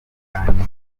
hanyuma